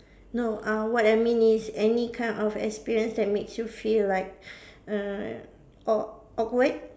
no uh what I mean is any kind of experience that makes you feel like err aw~ awkward